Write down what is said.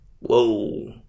Whoa